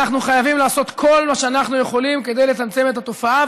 אנחנו חייבים לעשות כל מה שאנחנו יכולים לצמצם את התופעה.